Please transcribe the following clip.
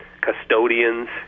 custodians